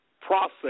process